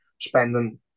spending